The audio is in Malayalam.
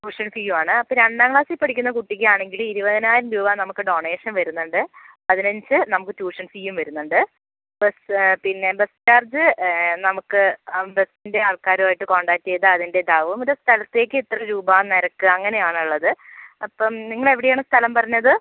ട്യൂഷൻ ഫീയുവാണ് അപ്പം രണ്ടാം ക്ലാസ്സിൽ പഠിക്കുന്ന കുട്ടിക്കാണെങ്കിൽ ഇരുപതിനായിരം രൂപ നമുക്ക് ഡൊണേഷൻ വരുന്നുണ്ട് പതിനഞ്ച് നമുക്ക് ട്യൂഷൻ ഫീയും വരുന്നുണ്ട് ബസ്സ് പിന്നെ ബസ്സ് ചാർജ്ജ് നമുക്ക് ആ ബസ്സിൻ്റെ ആൾക്കാരുവായിട്ട് കോണ്ടാക്റ്റ് ചെയ്താൽ അതിൻ്റെ ഇതാവും ഒരു സ്ഥലത്തേക്ക് എത്ര രൂപാ നിരക്ക് അങ്ങനെയാണുള്ളത് അപ്പം നിങ്ങളെവിടെയാണ് സ്ഥലം പറഞ്ഞത്